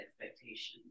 expectations